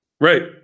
Right